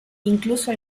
incluido